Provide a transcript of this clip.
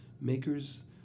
makers